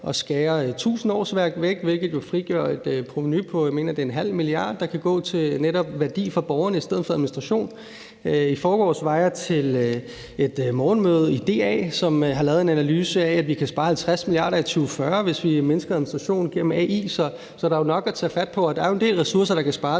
at skære 1.000 årsværk væk, hvilket vil frigøre et provenu på en halv milliard kroner, mener jeg at det er, og det kan netop gå til værdi for borgerne i stedet for administration. I forgårs var jeg til et morgenmøde i DA, som har lavet en analyse, der viser, at vi kan spare 50 mia. kr. i 2040, hvis vi mindsker administrationen igennem AI. Så der er jo nok at tage fat på, og der er en del ressourcer, der kan spares